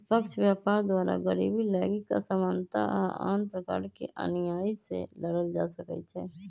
निष्पक्ष व्यापार द्वारा गरीबी, लैंगिक असमानता आऽ आन प्रकार के अनिआइ से लड़ल जा सकइ छै